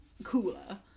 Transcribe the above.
cooler